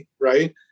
right